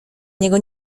niego